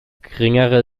geringere